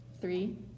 Three